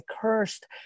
cursed